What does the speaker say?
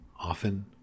Often